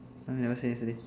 why never say yesterday